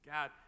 God